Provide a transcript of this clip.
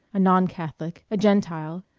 a non-catholic, a gentile,